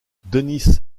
denis